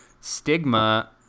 stigma